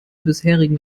bisherigen